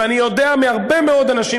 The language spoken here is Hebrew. ואני יודע מהרבה מאוד אנשים,